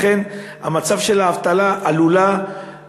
המצב של האבטלה עלול להיות